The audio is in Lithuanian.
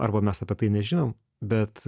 arba mes apie tai nežinom bet